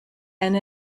and